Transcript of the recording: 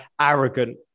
arrogant